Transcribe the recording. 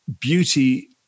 beauty